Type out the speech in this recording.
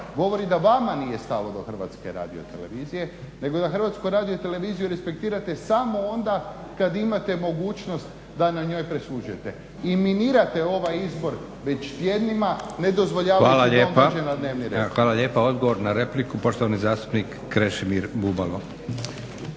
govori da vama nije stalo do HRT-a nego da HRT respektirate samo onda kad imate mogućnosti da na njoj presuđujete. Eliminirate ovaj izbor već tjednima, ne dozvoljavate … na dnevni red. **Leko, Josip (SDP)** Hvala lijepa. Odgovor na repliku, poštovani zastupnik Krešimir Bubalo.